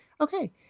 okay